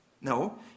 No